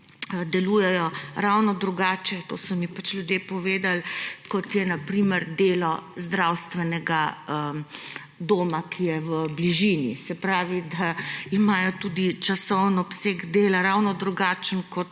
delujejo ravno drugače, to so mi pač ljudje povedali, kot je na primer delo zdravstvenega doma, ki je v bližini. Se pravi, da imajo tudi časoven obseg dela ravno drugačen kot